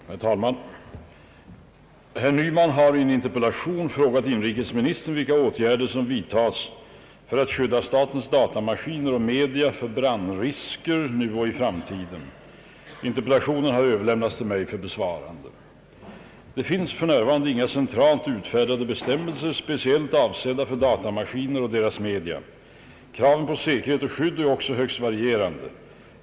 Herr talman! Herr Nyman har i en interpellation frågat inrikesministern vilka åtgärder som vidtagits för att skydda statens datamaskiner och media för brandrisker nu och i framtiden. Interpellationen har överlämnat till mig för besvarande. Det finns f.n. inga centralt utfärdade bestämmelser speciellt avsedda för datamaskiner och deras media. Kraven på säkerhet och skydd är också högst varierande.